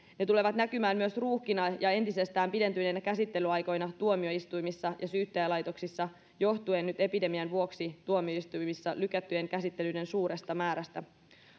ne tulevat näkymään myös ruuhkina ja ja entisestään pidentyneinä käsittelyaikoina tuomioistuimissa ja syyttäjälaitoksissa johtuen nyt epidemian vuoksi tuomioistuimissa lykättyjen käsittelyiden suuresta määrästä